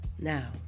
now